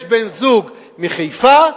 יש בן-זוג מחיפה,